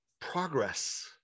progress